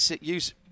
use